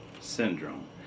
syndrome